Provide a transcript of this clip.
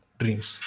dreams